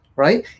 right